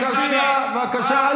אתה צבוע, בבקשה.